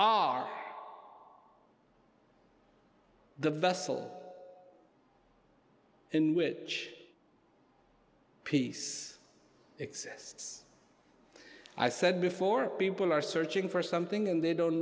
are the vessel in which peace access i said before people are searching for something and they don't